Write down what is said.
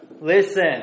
listen